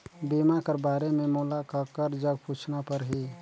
बीमा कर बारे मे मोला ककर जग पूछना परही?